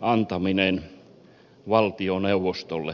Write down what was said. antaminen valtioneuvostolle